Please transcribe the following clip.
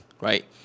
right